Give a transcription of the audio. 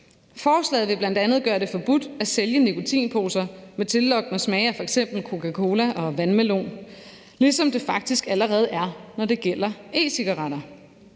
Forslaget vil bl.a. gøre det forbudt at sælge nikotinposer med tillokkende smage af f.eks. Coca-Cola og vandmelon, ligesom det faktisk allerede er, når det gælder e-cigaretter.